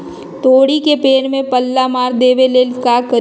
तोड़ी के पेड़ में पल्ला मार देबे ले का करी?